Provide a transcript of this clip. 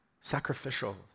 sacrificial